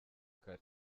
kare